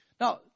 Now